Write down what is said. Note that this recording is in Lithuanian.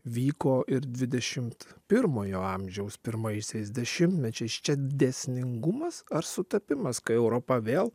vyko ir dvidešimt pirmojo amžiaus pirmaisiais dešimtmečiais čia dėsningumas ar sutapimas kai europa vėl